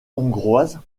hongroise